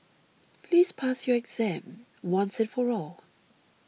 please pass your exam once and for all